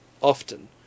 often